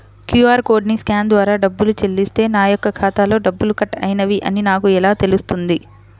QR కోడ్ని scan ద్వారా డబ్బులు చెల్లిస్తే నా యొక్క ఖాతాలో డబ్బులు కట్ అయినవి అని నాకు ఎలా తెలుస్తుంది?